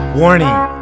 Warning